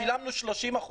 שילמנו 30%,